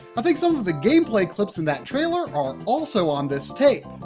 i think some of the gameplay clips in that trailer are also on this tape.